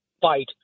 fight